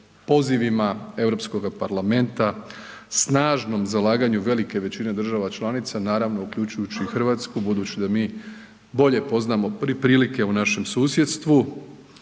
pozivima Europskoga parlamenta, snažnom zalaganju velike većine država članica naravno uključujući i Hrvatsku, budući da mi bolje poznamo prilike u našem susjedstvu,